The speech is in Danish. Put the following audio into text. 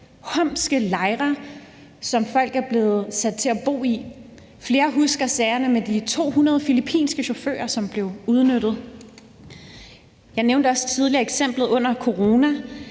uhumske lejre, som folk er blevet sat til at bo i. Flere husker sagerne med de 200 filippinske chauffører, som blev udnyttet. Jeg nævnte også tidligere eksemplet under corona,